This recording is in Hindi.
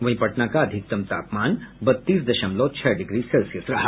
वहीं पटना का अधिकतम तापमान बत्तीस दशमलव छह डिग्री सेल्सियस रहा